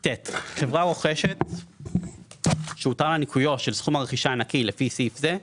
(ט)חברה רוכשת שהותר לה ניכויו של סכום הרכישה הנקי לפי סעיף זה,